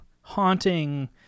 haunting